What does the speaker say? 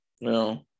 No